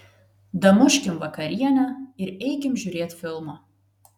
damuškim vakarienę ir eikim žiūrėt filmo